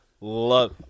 love